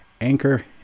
Anchor